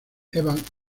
evan